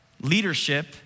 leadership